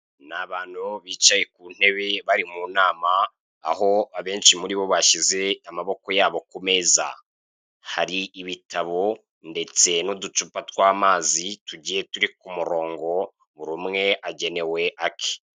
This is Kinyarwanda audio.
Nabantu bicaye kuntebe bari munama aho abenshi uribobashyize amaboko yabo kumeza hari ibitabo ndetse nuducupa twamazi tugiye turi kumurongo burumwe agenewe ake.